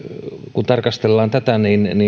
kun tarkastellaan tätä